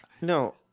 no